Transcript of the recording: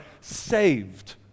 saved